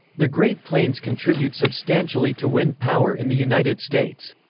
the great plains contribute substantially to wind power in the united states.